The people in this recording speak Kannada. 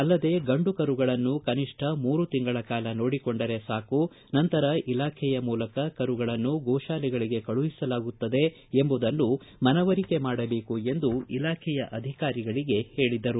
ಅಲ್ಲದೆ ಗಂಡು ಕರುಗಳನ್ನು ಕನಿಷ್ಠ ಮೂರು ತಿಂಗಳ ಕಾಲ ನೋಡಿಕೊಂಡರೆ ಸಾಕು ಆನಂತರ ಇಲಾಖೆಯ ಮೂಲಕ ಕರುಗಳನ್ನು ಗೋತಾಲೆಗಳಗೆ ಕಳುಹಿಸಲಾಗುತ್ತದೆ ಎಂಬುದನ್ನು ಮನವರಿಕೆ ಮಾಡಬೇಕು ಎಂದು ಇಲಾಖೆಯ ಅಧಿಕಾರಿಗಳಿಗೆ ಹೇಳಿದರು